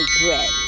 bread